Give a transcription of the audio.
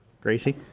Gracie